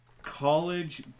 College